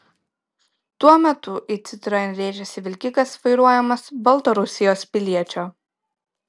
tuo metu į citroen rėžėsi vilkikas vairuojamas baltarusijos piliečio